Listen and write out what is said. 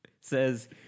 says